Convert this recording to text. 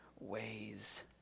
ways